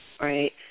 Right